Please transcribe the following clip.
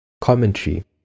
Commentary